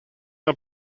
una